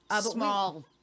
Small